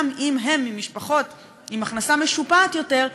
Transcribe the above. גם אם הם ממשפחות עם הכנסה משופעת יותר,